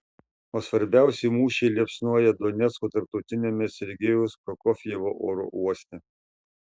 o svarbiausi mūšiai liepsnoja donecko tarptautiniame sergejaus prokofjevo oro uoste